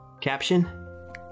Caption